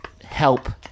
help